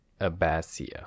Abasia